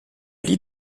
lit